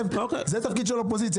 זה התפקיד של האופוזיציה.